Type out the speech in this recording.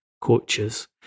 coaches